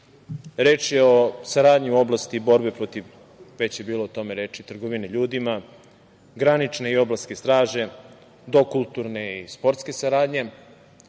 reč je o saradnji u oblasti borbe protiv, već je bilo o tome reči, trgovine ljudima, granične i obalske straže do kulturne i sportske saradnje. Nemojte